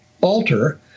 alter